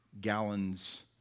gallons